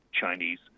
Chinese